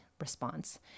response